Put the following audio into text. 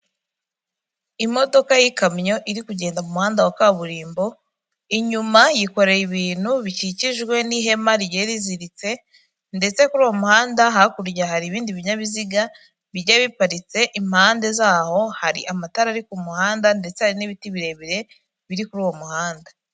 Imodoka y'ikamyo iri kugenda mu muhanda wa kaburimbo, inyuma yikoreye ibintu bikikijwe n'ihema rigiye riziritse ndetse kuri uwo muhanda hakurya hari ibindi binyabiziga bigiye biparitse, impande z'aho hari amatara ari ku muhanda ndetse hari n'ibiti birebire biri kuri uwo muhanda.